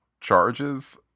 charges